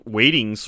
waiting